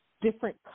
different